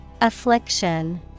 Affliction